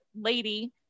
lady